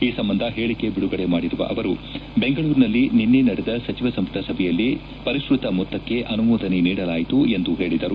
ಈ ಸಂಬಂಧ ಹೇಳಕೆ ಬಿಡುಗಡೆ ಮಾಡಿರುವ ಅವರು ಬೆಂಗಳೂರಿನಲ್ಲಿ ನಿನ್ನೆ ನಡೆದ ಸಚಿವ ಸಂಪುಟ ಸಭೆಯಲ್ಲಿ ಪರಿಷ್ಟತ ಮೊತ್ತಕ್ಕೆ ಅನುಮೋದನೆ ನೀಡಲಾಯಿತು ಎಂದು ಹೇಳಿದರು